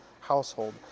household